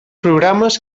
programes